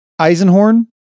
Eisenhorn